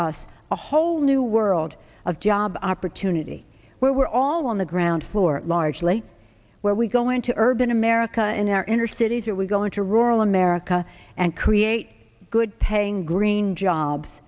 us a whole new world of job opportunity where we're all on the ground floor largely where we go into urban america in our inner cities are we going to rural america and create good paying green jobs